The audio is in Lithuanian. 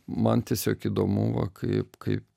man tiesiog įdomu va kaip kaip